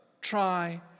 try